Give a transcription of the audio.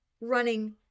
running